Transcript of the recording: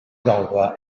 ddalfa